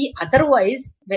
otherwise